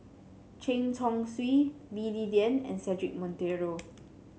Chen Chong Swee Lee Li Lian and Cedric Monteiro